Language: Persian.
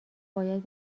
باید